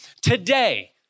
today